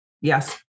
Yes